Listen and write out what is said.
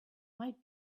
might